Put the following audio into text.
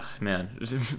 man